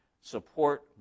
support